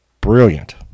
brilliant